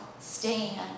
stand